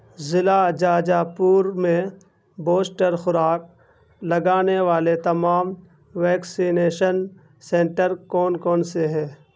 ضلع جاجا پور میں بوسٹر خوراک لگانے والے تمام ویکسینیشن سنٹر کون کون سے ہیں